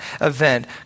event